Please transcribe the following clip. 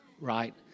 right